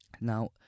Now